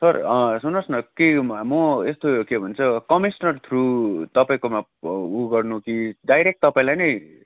sir सुन्नुहोस् कि म यस्तो के भन्छ कमिस्नर थ्रु तपाईँकोमा उ गर्नु कि डाइरेक्ट तपाईँलाई नै